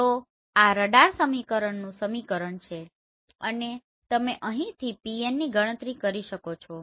તો આ રડાર સમીકરણમાં નું સમીકરણ છે અને તમે અહીંથી Pnની ગણતરી કરી શકો છો